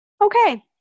Okay